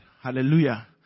Hallelujah